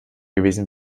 gewesen